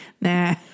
Nah